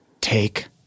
Take